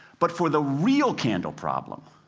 but for the real candle problem,